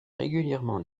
régulièrement